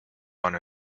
one